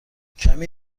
کمی